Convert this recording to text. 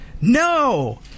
No